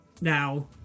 Now